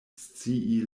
scii